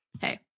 hey